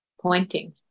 pointing